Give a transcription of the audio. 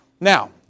Now